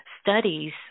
studies